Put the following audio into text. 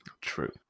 True